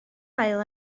haul